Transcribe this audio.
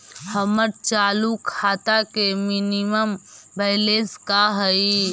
हमर चालू खाता के मिनिमम बैलेंस का हई?